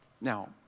Now